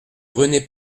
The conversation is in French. rené